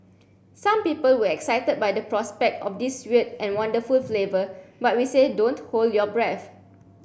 some people were excited by the prospect of this weird and wonderful flavour but we say don't hold your breath